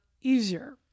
easier